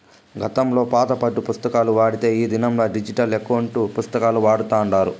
గతంలో పాత పద్దు పుస్తకాలు వాడితే ఈ దినంలా డిజిటల్ ఎకౌంటు పుస్తకాలు వాడతాండారు